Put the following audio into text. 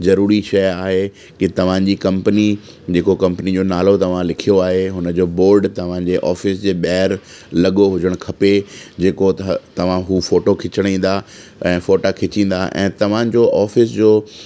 ज़रूरी शइ आहे कि तव्हांजी कम्पनी जेको कम्पनी जो नालो तव्हां लिखियो आहे हुनजो बोड तव्हांजे ऑफीस जे बाहिरि लॻो हुजणु खपे जेको त तव्हां हू फोटो खीचण ईंदा ऐं फोटा खीचींदा ऐं तव्हांजो ऑफिस जो